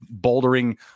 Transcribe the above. bouldering